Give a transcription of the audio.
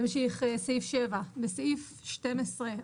בסעיף 12,